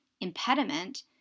impediment